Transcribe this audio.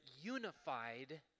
unified